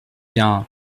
bien